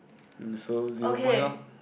so zero point lor